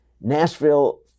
Nashville